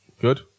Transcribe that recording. Good